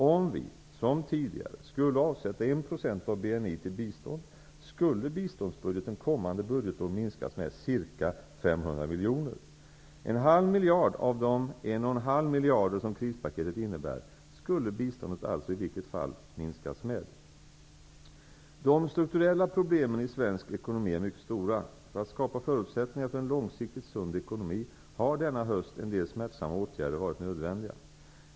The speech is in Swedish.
Om vi, som tidigare, skulle avsätta En halv miljard, av de 1,5 miljarder som krispaketet innebär, skulle biståndet alltså i vilket fall minskats med. De strukturella problemen i svensk ekonomi är mycket stora. För att skapa förutsättningar för en långsiktigt sund ekonomi har denna höst en del smärtsamma åtgärder varit nödvändiga.